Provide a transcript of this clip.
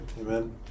amen